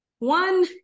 One